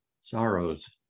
sorrows